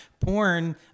Porn